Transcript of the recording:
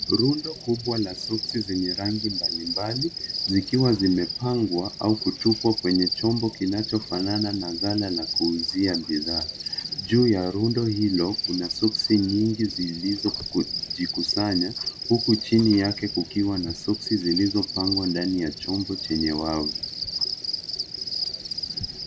Rundo kubwa za soksi zenye rangi mbalimbali zikiwa zimepangwa au kutupwa kwenye chombo kinachofanana na ghala la kuuzia bidhaa. Juu ya rundo hilo kuna soksi nyingi zilizojikusanya huku chini yake kukiwa na soksi zilizopangwa ndani ya chumbo chenye wavu.